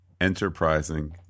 enterprising